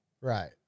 Right